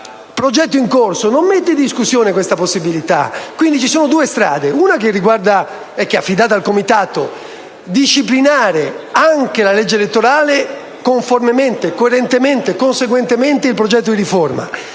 Il progetto in corso non mette in discussione questa possibilità. Quindi ci sono due strade: una, che è affidata al Comitato, è quella di disciplinare anche la legge elettorale conformemente, coerentemente e conseguentemente al progetto di riforma;